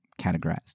categorized